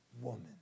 woman